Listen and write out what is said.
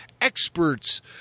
experts